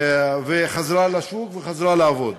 וחזרה לשוק וחזרה לעבוד.